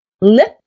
lip